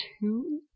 two